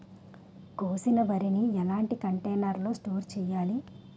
కోసిన వరిని ఎలాంటి కంటైనర్ లో స్టోర్ చెయ్యాలి?